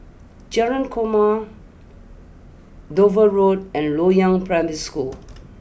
Jalan Korma Dover Road and Loyang Primary School